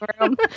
room